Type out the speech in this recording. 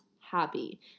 happy